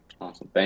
Awesome